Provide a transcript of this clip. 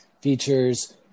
Features